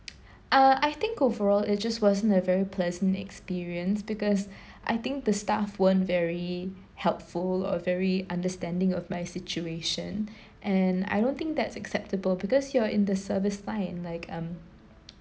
uh I think overall it just wasn't a very pleasant experience because I think the staff weren't very helpful or very understanding of my situation and I don't think that's acceptable because you are in the service line like um